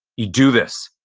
you do this.